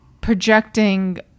Projecting